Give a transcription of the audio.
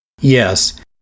Yes